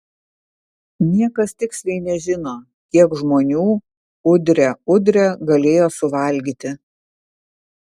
niekas tiksliai nežino kiek žmonių udre udre galėjo suvalgyti